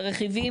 לרכיבים",